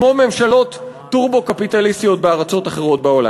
כמו ממשלות טורבו קפיטליסטיות בארצות אחרות בעולם.